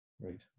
Right